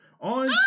On